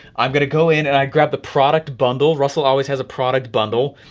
i'm gonna go in and i grabbed the product bundle, russell always has a product bundle.